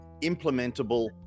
implementable